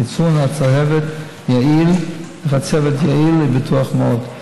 חיסון החצבת יעיל ובטוח מאוד.